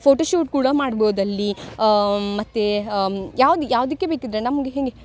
photo shoot ಕೂಡ ಮಾಡ್ಬೌದು ಅಲ್ಲಿ ಮತ್ತು ಯಾವ್ದು ಯಾವುದಕ್ಕೆ ಬೇಕಿದ್ದರೆ ನಮ್ಗೆ ಹೀಗೆ